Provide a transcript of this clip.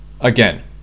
again